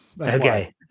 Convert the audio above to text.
Okay